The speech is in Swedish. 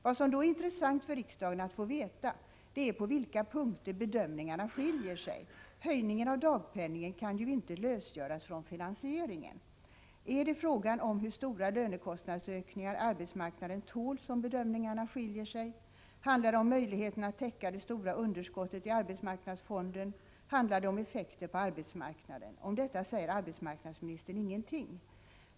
Vad som då är intressant för riksdagen att få veta är på vilka punkter bedömningarna skiljer sig. Höjningen av dagpenningen kan ju inte lösgöras från finansieringen. Är det i fråga om hur stora lönekostnadsökningar arbetsmarknaden tål som bedömningarna skiljer sig? Handlar det om möjligheten att täcka det stora underskottet i arbetsmarknadsfonden? Handlar det om effekter på arbetsmarknaden? Om detta säger arbetsmarknadsministern ingenting.